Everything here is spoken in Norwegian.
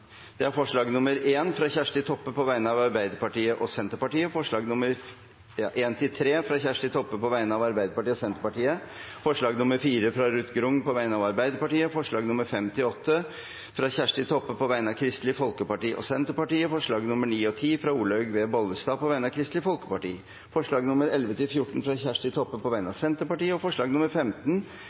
alt 15 forslag. Det er forslagene nr. 1–3, fra Kjersti Toppe på vegne av Arbeiderpartiet og Senterpartiet forslag nr. 4, fra Ruth Grung på vegne av Arbeiderpartiet forslagene nr. 5–8, fra Kjersti Toppe på vegne av Kristelig Folkeparti og Senterpartiet forslagene nr. 9 og 10, fra Olaug V. Bollestad på vegne av Kristelig Folkeparti forslagene nr. 11–14, fra Kjersti Toppe på vegne av Senterpartiet forslag nr. 15,